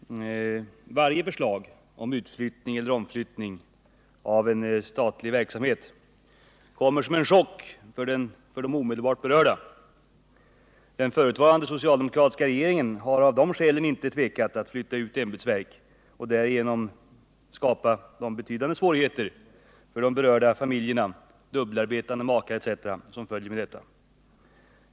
Herr talman! Varje förslag om utflyttning av statlig verksamhet kommer som en chock för de omedelbart berörda. Den förutvarande socialdemokratiska regeringen tvekade av det skälet inte att flytta ut ämbetsverk och därigenom skapa betydande svårigheter för de berörda familjerna, bl.a. dubbelarbetande makar.